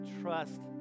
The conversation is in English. trust